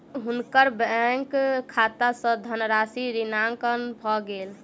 हुनकर बैंक खाता सॅ धनराशि ऋणांकन भ गेल